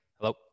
Hello